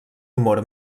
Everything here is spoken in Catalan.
humor